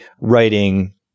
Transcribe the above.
writing